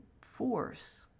force